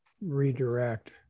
redirect